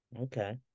Okay